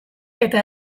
eta